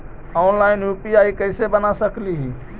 Online UPI कैसे बना सकली ही?